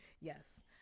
Yes